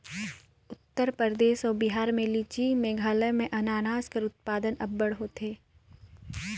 उत्तर परदेस अउ बिहार में लीची, मेघालय में अनानास कर उत्पादन अब्बड़ होथे